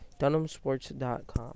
DunhamSports.com